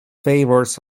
favours